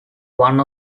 one